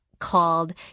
called